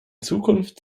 zukunft